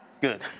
Good